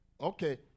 Okay